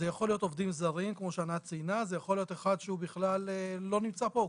עובדים זרים כפי שענת ציינה או אחד שבכלל לא נמצא פה.